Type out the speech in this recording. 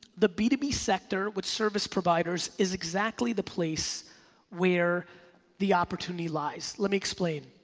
the b to b sector with service providers is exactly the place where the opportunity lies, let me explain.